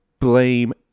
Blame